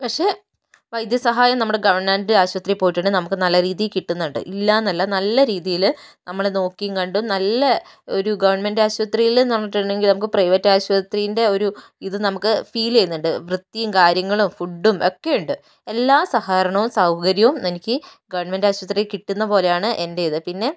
പക്ഷെ വൈദ്യസഹായം നമ്മുടെ ഗവൺമെൻറ് ആശുപത്രിയിൽ പോയിട്ടുണ്ടെങ്കിൽ നമുക്ക് നല്ല രീതിയിൽ കിട്ടുന്നുണ്ട് ഇല്ലയെന്നല്ല നല്ല രീതിയിൽ നമ്മളെ നോക്കിയും കണ്ടും നല്ല ഒരു ഗവൺമെൻറ് ആശുപത്രിയിലെന് പറഞ്ഞിട്ടുണ്ടെങ്കിൽ നമുക്ക് പ്രൈവറ്റാശുപത്രീൻ്റെ ഒരു ഇത് നമുക്ക് ഫീൽ ചെയ്യുന്നുണ്ട് വൃത്തിയും കാര്യങ്ങളും ഫുഡും എക്കെയുണ്ട് എല്ലാ സഹകരണവും സൗകര്യവും എനിക്ക് ഗവൺമെൻറ് ആശുപത്രിയിൽ കിട്ടുന്നതു പോലെയാണ് എൻ്റെ ഇത് പിന്നെ